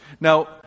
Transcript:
Now